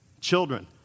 Children